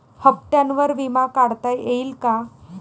हप्त्यांवर विमा काढता येईल का?